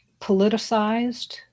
politicized